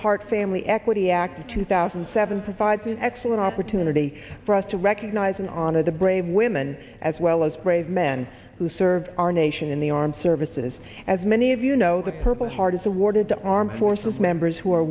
heart family equity act of two thousand and seven provides an excellent opportunity for us to recognize and honor the brave women as well as brave men who served our nation in the armed services as many of you know the purple heart is awarded to our armed forces members who are